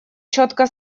четко